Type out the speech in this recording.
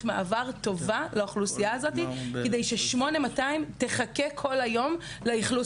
מעבר טובה לאוכלוסייה הזאת כדי ש-8200 תחכה כל היום לאכלוס